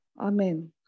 Amen